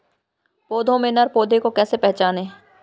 पौधों में नर पौधे को कैसे पहचानें?